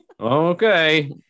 Okay